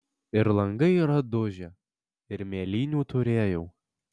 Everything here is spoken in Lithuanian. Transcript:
ir langai yra dužę ir mėlynių turėjau